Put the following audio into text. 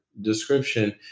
description